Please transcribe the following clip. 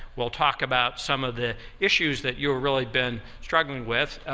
will talk about some of the issues that you've really been struggling with.